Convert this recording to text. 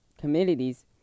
Communities